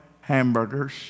hamburgers